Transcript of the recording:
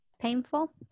painful